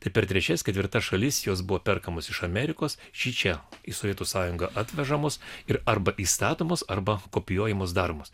tai per trečias ketvirtas šalis jos buvo perkamas iš amerikos šičia į sovietų sąjungą atvežamos ir arba įstatomos arba kopijuojamos daromos